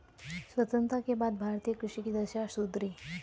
स्वतंत्रता के बाद भारतीय कृषि की दशा सुधरी है